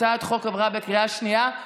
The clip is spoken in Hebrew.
הצעת החוק עברה בקריאה שנייה.